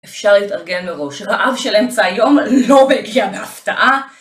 אפשר להתארגן מראש, רעב של אמצע היום לא מגיע מהפתעה